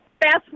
fast